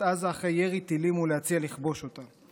עזה אחרי ירי טילים ולהציע לכבוש אותה.